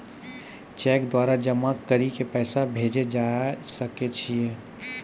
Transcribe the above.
Cheque द्वारा जमा करि के पैसा भेजै सकय छियै?